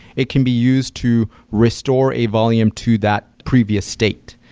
it can be used to restore a volume to that previous state.